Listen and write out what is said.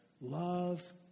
love